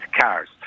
cars